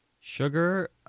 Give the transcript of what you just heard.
Sugar